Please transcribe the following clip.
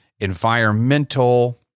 environmental